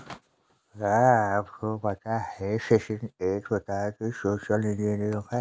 क्या आपको पता है फ़िशिंग एक प्रकार की सोशल इंजीनियरिंग है?